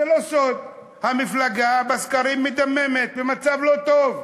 זה לא סוד, המפלגה בסקרים מדממת, במצב לא טוב.